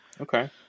Okay